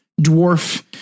dwarf